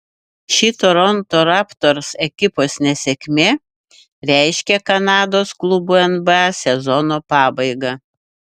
ši toronto raptors ekipos nesėkmė reiškia kanados klubui nba sezono pabaigą